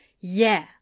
Yeah